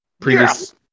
previous